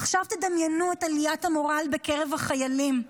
עכשיו תדמיינו את עליית המורל בקרב החיילים,